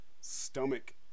stomach